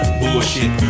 bullshit